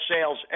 sales